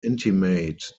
intimate